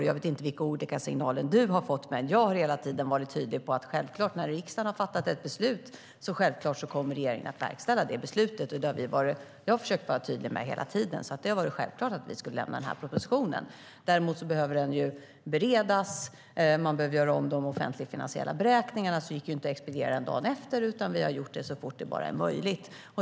Jag vet inte vilka olika signaler du har fått, Jan Ericson, men jag har hela tiden försökt vara tydlig med att när riksdagen har fattat ett beslut kommer regeringen självklart att verkställa det beslutet. Det har varit självklart att vi skulle lämna den propositionen. Men den behöver beredas. Man behöver göra om de offentliga finansiella beräkningarna. Den kunde därför inte expedieras dagen efter, utan vi har gjort det så fort det bara har varit möjligt.